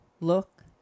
look